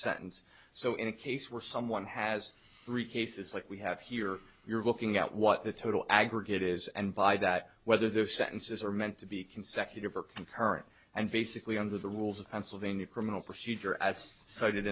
sentence so in a case where someone has three cases like we have here you're looking at what the total aggregate is and by that whether the sentences are meant to be consecutive or concurrent and basically under the rules of pennsylvania criminal procedure